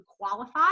qualify